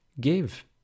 give